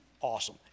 awesome